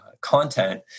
content